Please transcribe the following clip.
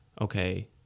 okay